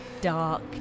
dark